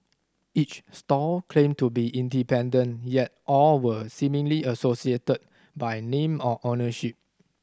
each stall claimed to be independent yet all were seemingly associated by name or ownership